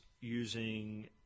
using